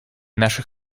наших